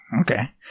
okay